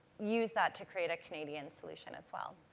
use that to create a canadian solution as well.